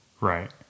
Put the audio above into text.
Right